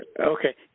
okay